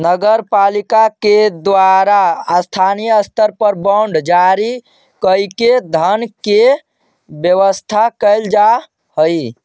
नगर पालिका के द्वारा स्थानीय स्तर पर बांड जारी कईके धन के व्यवस्था कैल जा हई